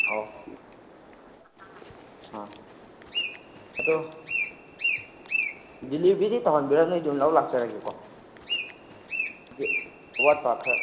ꯑꯧ ꯑꯥ ꯑꯗꯣ ꯗꯤꯂꯤꯚꯔꯤꯗꯤ ꯇꯧꯍꯟꯕꯤꯔꯛꯑꯅꯨ ꯑꯩ ꯑꯗꯨꯝ ꯂꯧ ꯂꯥꯛꯆꯔꯒꯦꯀꯣ ꯍꯥꯏꯗꯤ ꯑꯋꯥꯠ ꯑꯄꯥ ꯈꯔ